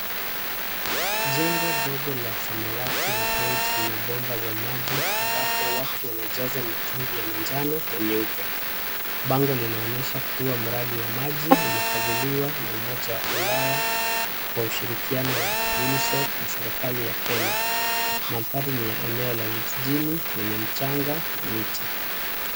Jengo dogo la samawati na beige lina bomba za maji ambapo watu wanajaza mitungi ya manjano na nyeupe. Bango linaonyesha kuwa mradi wa maji umefadhiliwa na umoja wa ulaya kwa ushirikiano wa UNICEF na serikali ya Kenya. Mandhari ni ya eneo la vijijini chenye mchanga na miti.